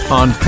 on